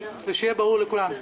שיהיה ברור לכולם.